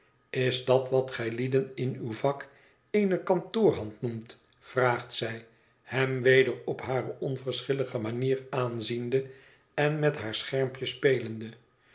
is dat wat gijlieden in uw vak eene kantoorhand noemt vraagt zij hem weder op hare onverschillige manier aanziende en met haar schermpje spelende